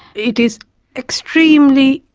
it is extremely,